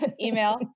email